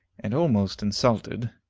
and almost insulted.